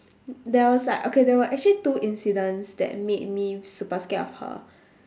there was like okay there were actually two incidents that made me super scared of her